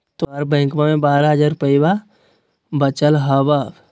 तोहर बैंकवा मे बारह हज़ार रूपयवा वचल हवब